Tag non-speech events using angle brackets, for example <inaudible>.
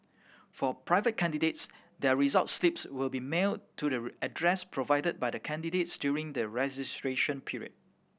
for private candidates their result slips will be mailed to the <unintelligible> address provided by the candidates during the registration period